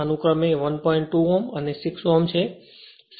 2 Ω અને 6 Ω છે